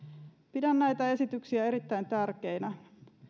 pidän näitä esityksiä erittäin tärkeinä